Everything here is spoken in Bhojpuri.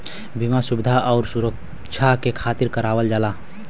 बीमा सुविधा आउर सुरक्छा के खातिर करावल जाला